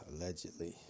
allegedly